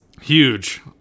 Huge